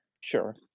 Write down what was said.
sure